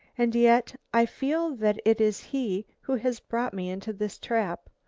and yet i feel that it is he who has brought me into this trap,